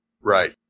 Right